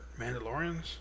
Mandalorians